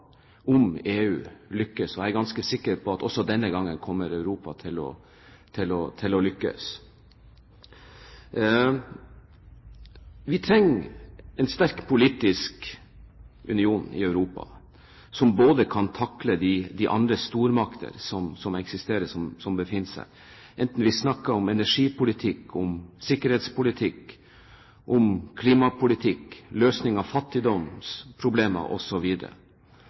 til å lykkes. Vi trenger en sterk politisk union i Europa som kan takle de andre stormakter som eksisterer, som befinner seg der – enten vi snakker om energipolitikk, om sikkerhetspolitikk, om klimapolitikk eller om løsning av fattigdomsproblemer,